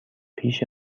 پیش